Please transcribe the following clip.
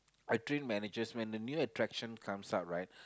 I train managers when the new attractions comes out right